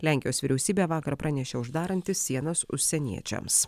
lenkijos vyriausybė vakar pranešė uždaranti sienas užsieniečiams